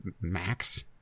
max